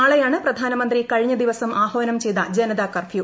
നാളെയാണ് പ്രധാനമന്ത്രി കഴിഞ്ഞ ദിവസം ആഹ്വാനം ചെയ്ത ജനത കർഫ്യൂ